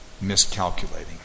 miscalculating